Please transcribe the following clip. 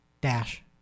dash